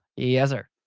yessir,